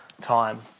time